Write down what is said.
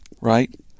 right